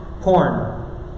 Porn